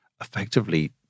effectively